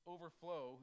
overflow